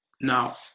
Now